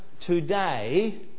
today